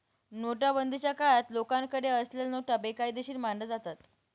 नोटाबंदीच्या काळात लोकांकडे असलेल्या नोटा बेकायदेशीर मानल्या जातात